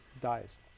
dies